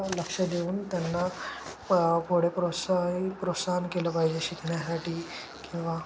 लक्ष देऊन त्यांना पुढे प्रोत्साह प्रोत्साहन केलं पाहिजे शिकण्यासाठी किंवा